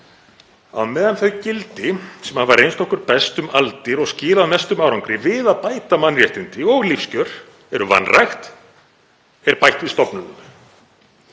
Á meðan þau gildi sem hafa reynst okkur best um aldir og skilað mestum árangri við að bæta mannréttindi og lífskjör eru vanrækt er bætt við stofnunum.